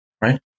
right